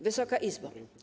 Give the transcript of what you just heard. Wysoka Izbo!